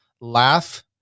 laugh